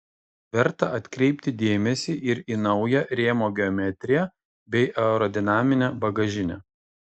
verta atkreipti dėmesį ir į naują rėmo geometriją bei aerodinaminę bagažinę